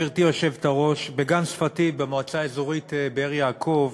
גברתי היושבת-ראש: בגן שפתי במועצה אזורית באר-יעקב